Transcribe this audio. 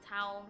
town